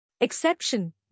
Exception